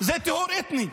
זה טיהור אתני.